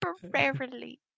Temporarily